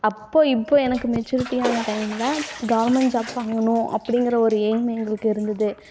அப்போது இப்போது எனக்கு மெச்சூரிட்டி ஆன டைமில் கவர்மெண்ட் ஜாப் வாங்கணும் அப்பங்கிற ஒரு எய்ம் எங்களுக்கு இருந்தது